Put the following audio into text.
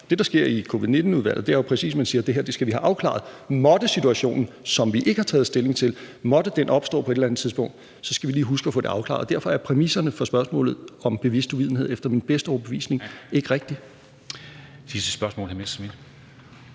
Det, der sker i covid-19-udvalget, er jo præcis, at man siger: Det her skal vi have afklaret; måtte situationen, som vi ikke har taget stilling til, opstå på et eller andet tidspunkt, skal vi lige huske at få det afklaret. Derfor er præmisserne for spørgsmålet om bevidst uvidenhed efter min bedste overbevisning ikke rigtige.